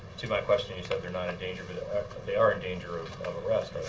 to my question you said they're not in danger. but they are in danger of arrest,